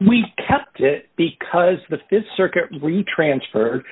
we kept it because the th circuit retransfer